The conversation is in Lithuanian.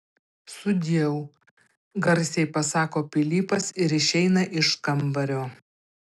sudieu garsiai pasako pilypas ir išeina iš kambario